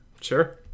Sure